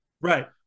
Right